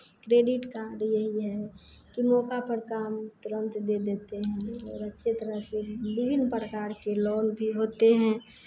credit card यही है कि मौका पर काम तुरंत दे देते हैं हम लोग और अच्छे तरह से विभिन्न प्रकार के लोन भी होते हैं